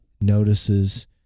notices